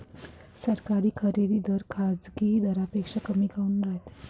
सरकारी खरेदी दर खाजगी दरापेक्षा कमी काऊन रायते?